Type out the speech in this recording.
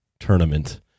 tournament